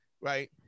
right